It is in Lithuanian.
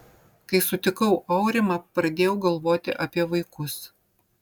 kai sutikau aurimą pradėjau galvoti apie vaikus